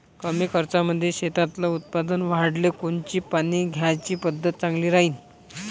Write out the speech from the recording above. कमी खर्चामंदी शेतातलं उत्पादन वाढाले कोनची पानी द्याची पद्धत चांगली राहीन?